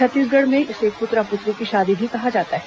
छत्तीसगढ़ में इसे पुतरा पुतरी की शादी भी कहा जाता है